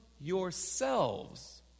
yourselves